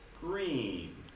Green